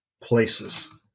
places